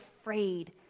afraid